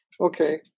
okay